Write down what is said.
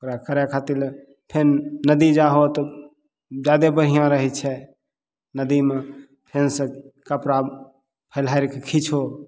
ओकरा करय खातिर लए फेन नदी जाहो तऽ जादे बढ़िआँ रहय छै नदीमे फेनसँ कपड़ा फैलहारिेके खीचहो